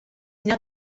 now